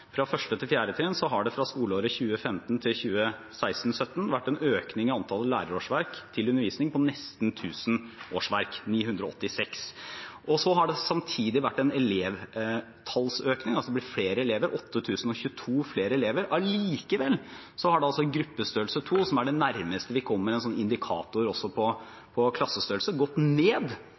trinn har det fra skoleåret 2014/2015 til 2016/2017 vært en økning i antallet lærerårsverk til undervisning på nesten 1 000 årsverk, 986. Og så har det samtidig vært en økning i antall elever, det er altså blitt flere elever, 8 022 flere elever. Allikevel har gruppestørrelse 2, som er det nærmeste vi kommer en indikator også på klassestørrelse, gått ned